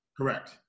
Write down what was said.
Correct